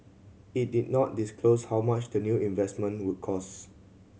it did not disclose how much the new investment will cost